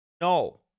No